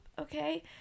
okay